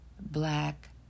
black